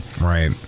Right